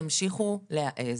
תמשיכו להעז,